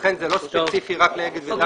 לכן זה לא ספציפי רק לאגד ודן.